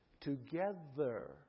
together